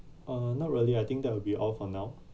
uh not really I think that will be all for now